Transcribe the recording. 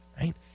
right